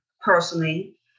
personally